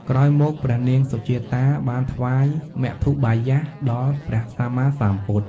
ក្រោយមក ព្រះនាងសុជាតា បានថ្វាយមធុបាយាសដល់ព្រះសម្មាសម្ពុទ្ធ។